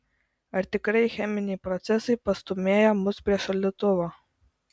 ar tikrai cheminiai procesai pastūmėja mus prie šaldytuvo